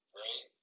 right